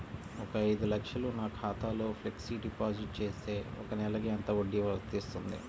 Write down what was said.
ఒక ఐదు లక్షలు నా ఖాతాలో ఫ్లెక్సీ డిపాజిట్ చేస్తే ఒక నెలకి ఎంత వడ్డీ వర్తిస్తుంది?